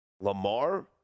Lamar